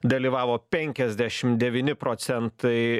dalyvavo penkiasdešim devyni procentai